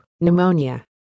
Pneumonia